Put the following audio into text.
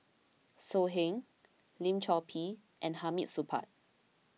So Heng Lim Chor Pee and Hamid Supaat